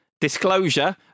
Disclosure